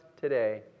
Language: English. today